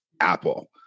Apple